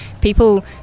people